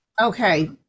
Okay